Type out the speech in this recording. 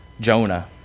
Jonah